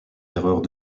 erreurs